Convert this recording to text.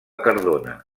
cardona